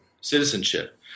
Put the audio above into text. citizenship